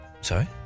Sorry